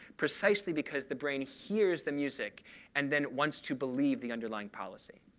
precisely because the brain hears the music and then wants to believe the underlying policy.